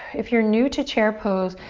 if you're new to chair pose,